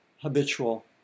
habitual